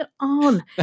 on